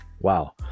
Wow